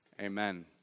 Amen